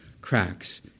cracks